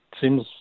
seems